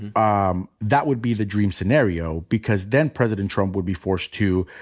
and ah um that would be the dream scenario. because then, president trump would be forced to